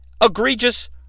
egregious